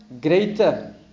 greater